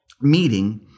meeting